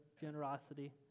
generosity